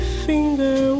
finger